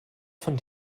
von